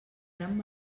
gran